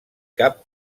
cap